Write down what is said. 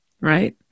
right